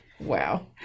Wow